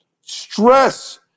Stress